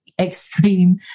extreme